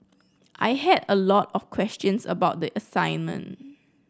I had a lot of questions about the assignment